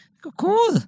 Cool